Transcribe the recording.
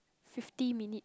fifty minute